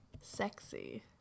sexy